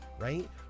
right